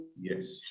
Yes